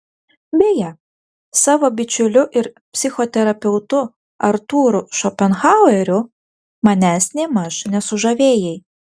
beje savo bičiuliu ir psichoterapeutu artūru šopenhaueriu manęs nėmaž nesužavėjai